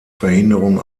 verhinderung